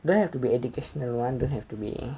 don't have to be educational [one] don't have to be